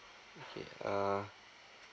okay uh